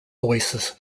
oasis